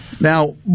Now